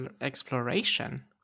exploration